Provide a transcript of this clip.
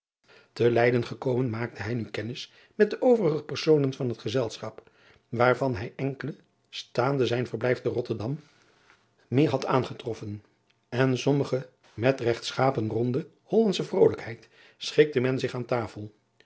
e eyden gekomen maakte hij nu kennis met de overige personen van het gezelschap waarvan hij enkele staande zijn verblijf te otterdam meer had aangetroffen en sommige meer had hooren noemen et regtschapen ronde ollandsche vrolijkheid schikte men zich aan tafel